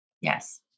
Yes